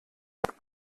mit